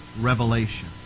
revelation